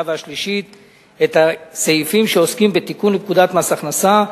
ושלישית את הסעיפים שעוסקים בתיקון לפקודת מס הכנסה,